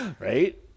Right